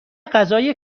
غذای